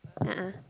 a'ah